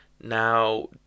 Now